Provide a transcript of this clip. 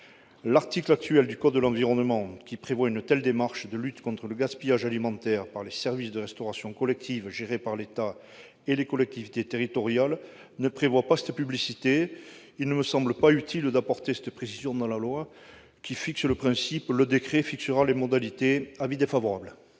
L'article actuel du code de l'environnement qui prévoit une telle démarche de lutte contre le gaspillage alimentaire par les services de restauration collective gérés par l'État et les collectivités territoriales ne prévoit pas cette publicité. Il ne me semble pas utile d'apporter cette précision dans la loi, qui fixe le principe. Le décret fixera les modalités. Avis défavorable.